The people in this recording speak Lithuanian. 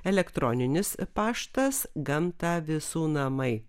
elektroninis paštas gamta visų namai